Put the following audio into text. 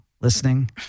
listening